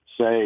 say